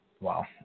Wow